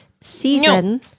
Season